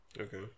Okay